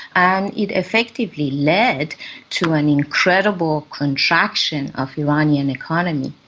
and it effectively led to an incredible contraction of iranian economy.